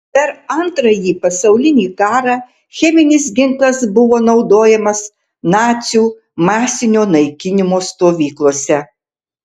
per antrąjį pasaulinį karą cheminis ginklas buvo naudojamas nacių masinio naikinimo stovyklose